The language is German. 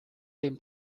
dem